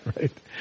right